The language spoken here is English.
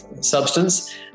substance